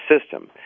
system